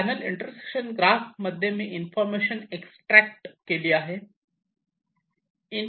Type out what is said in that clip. channel intersection graph मध्ये मी information extract केली आहे